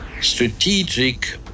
Strategic